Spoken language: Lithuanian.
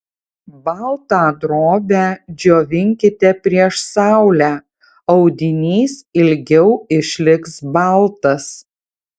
baltą drobę džiovinkite prieš saulę audinys ilgiau išliks baltas